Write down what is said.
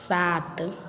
सात